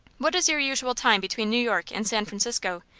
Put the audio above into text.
what is your usual time between new york and san francisco?